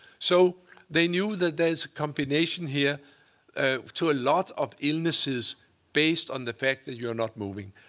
so they knew that there's a combination here to a lot of illnesses based on the fact that you're not moving.